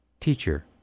Teacher